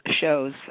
shows